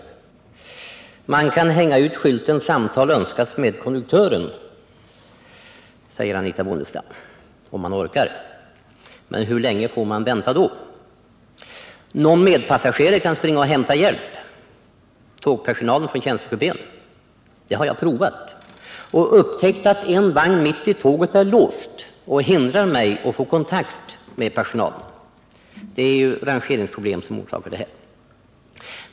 Man kan, om man orkar, hänga ut skylten Samtal önskas med konduktören, säger Anitha Bondestam. Men hur länge får man vänta då? Någon medpassagerare kan springa och hämta hjälp hos tågpersonalen i tjänstekupé. Det har jag försökt och upptäckt att en vagn mitt i tåget är låst, vilket hindrat mig från att få kontakt med personalen. Det är rangeringsproblem som orsakat detta förhållande.